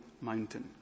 mountain